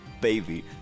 baby